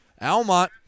Almont